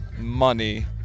money